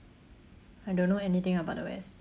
I don't know anything about the west